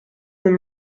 them